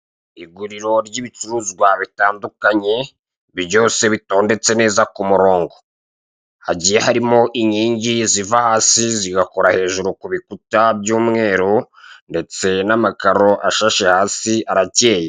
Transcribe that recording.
Iguriro ry'ibicuruzwa bitandukanye biryoshye bitondetse neza ku murongo, hagiye harimo inkingi ziva hasi zigakora hejuru ku bikuta by'umweru ndetse n'amakaro ashashe hasi arakeye.